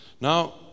Now